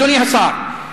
אדוני השר,